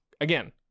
again